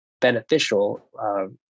beneficial